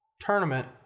tournament